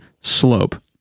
slope